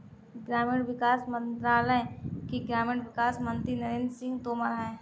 ग्रामीण विकास मंत्रालय के ग्रामीण विकास मंत्री नरेंद्र सिंह तोमर है